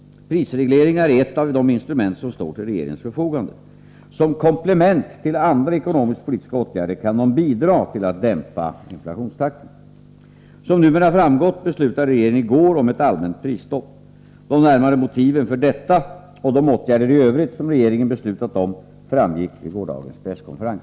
Prisregleringar är ett av de instrument som står till regeringens förfogande. Som komplement till andra ekonomisk-politiska åtgärder kan de bidra till att dämpa inflationstakten. Som numera framgått beslutade regeringen i går om ett allmänt prisstopp. De närmare motiven för detta och de åtgärder i övrigt som regeringen beslutat om framgick vid gårdagens presskonferens.